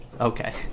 okay